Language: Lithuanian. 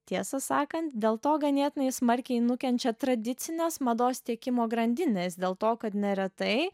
tiesą sakant dėl to ganėtinai smarkiai nukenčia tradicinės mados tiekimo grandines dėl to kad neretai